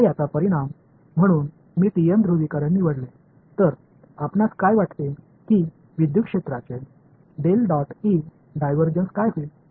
आता याचा परिणाम म्हणून मी टीएम ध्रुवीकरण निवडले तर आपणास काय वाटते की विद्युत क्षेत्राचे डायव्हर्जन्स काय होईल